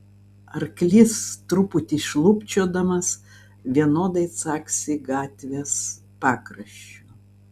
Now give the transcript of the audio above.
arklys truputį šlubčiodamas vienodai caksi gatvės pakraščiu